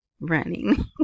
Running